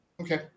Okay